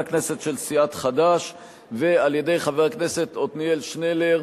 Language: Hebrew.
הכנסת של סיעת חד"ש ועל-ידי חבר הכנסת עתניאל שנלר,